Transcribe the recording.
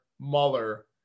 Mueller